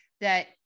that-